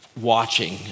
watching